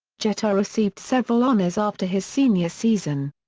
jeter received several honors after his senior season.